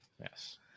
yes